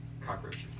Cockroaches